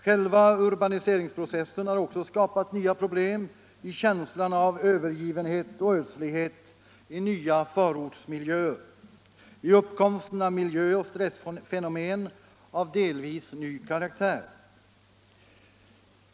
Själva urbaniseringsprocessen har också skapat nya problem i känslan av övergivenhet och ödslighet i nya förortsmiljöer och i uppkomsten av miljöoch stressfenomen av delvis ny karaktär.